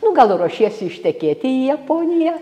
nu gal ruošiesi ištekėti į japoniją